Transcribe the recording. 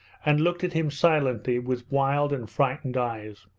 and looked at him silently with wild and frightened eyes.